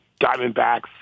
Diamondbacks